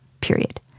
period